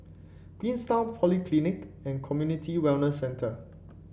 Queenstown Polyclinic and Community Wellness Centre